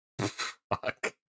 Fuck